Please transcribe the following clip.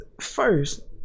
First